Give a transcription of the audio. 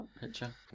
picture